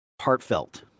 heartfelt